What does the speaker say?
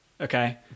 okay